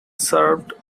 served